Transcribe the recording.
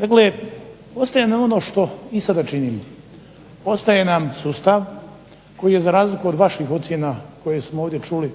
razumije./… ono što i sada činimo, ostaje nam sustav koji je za razliku od vaših ocjena koji smo ovdje čuli,